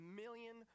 million